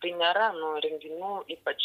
tai nėra nu renginių ypač